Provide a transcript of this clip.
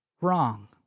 wrong